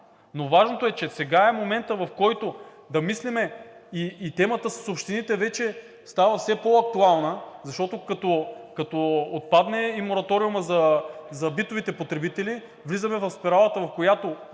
Но важното е, че сега е моментът, в който да мислим, и темата с общините вече става все по-актуална, защото, като отпадне и мораториумът за битовите потребители, влизаме в спиралата, в която